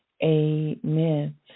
Amen